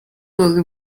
will